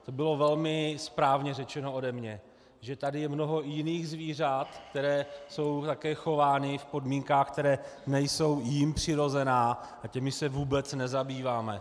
To bylo velmi správně řečeno ode mě, že tady je mnoho jiných zvířat, která jsou také chována v podmínkách, které nejsou jim přirozené, a těmi se vůbec nezabýváme.